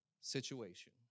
situation